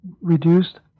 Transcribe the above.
reduced